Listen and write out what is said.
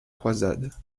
croisade